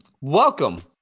Welcome